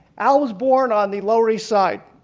al was born on the lower east side.